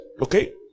okay